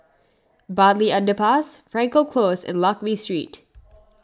Bartley Underpass Frankel Close and Lakme Street